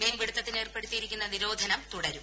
മീൻപിടിത്തത്തിന് ഏർപ്പെടുത്തിയിരിക്കുന്ന നിരോധനം തുടരും